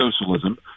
socialism